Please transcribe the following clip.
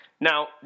Now